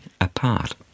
apart